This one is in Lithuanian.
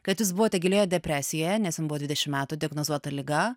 kad jūs buvote gilioje depresijoje nes jums buvo dvidešim metų diagnozuota liga